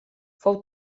fou